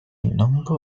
number